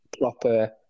proper